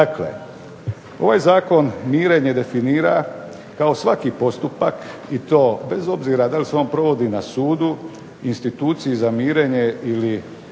Dakle, ovaj Zakon mirenje definira kao svaki postupak, i to bez obzira da li se on provodi na sudu, instituciji za mirenje ili